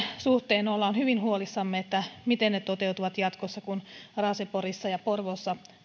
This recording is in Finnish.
suhteen ollaan hyvin huolissaan miten ne toteutuvat jatkossa kun raaseporissa ja porvoossa